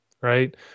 right